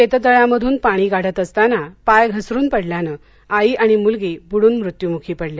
शेततळ्यामधून पाणी काढत असताना पाय घसरून पडल्याने आई आणि मुलगी बुडून मृत्यूमुखी पडल्या